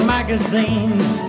Magazines